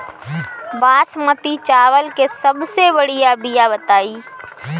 बासमती चावल के सबसे बढ़िया बिया बताई?